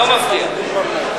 לא מפריע.